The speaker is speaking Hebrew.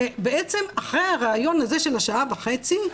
ובעצם אחרי הריאיון הזה של השעה וחצי,